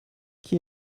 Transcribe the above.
qui